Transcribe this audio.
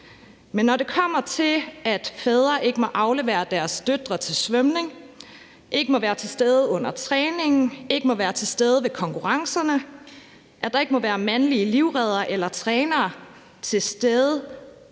Men når det kommer til, at fædre ikke må aflevere deres døtre til svømning, ikke må være til stede under træningen, ikke må være til stede ved konkurrencerne, at der ikke må være mandlige livreddere eller trænere til stede